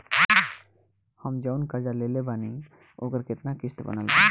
हम जऊन कर्जा लेले बानी ओकर केतना किश्त बनल बा?